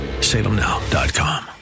Salemnow.com